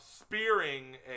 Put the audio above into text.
spearing